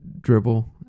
dribble